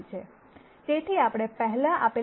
તેથી આપણે પહેલા આપેલા સૂત્રનો ઉપયોગ કરી શકીએ છીએ